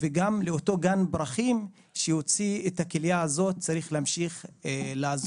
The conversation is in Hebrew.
וגם לאותו גן פרחים שהוציא את הכליה הזאת צריך להמשיך לעזור,